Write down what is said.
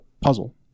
puzzle